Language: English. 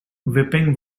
whipping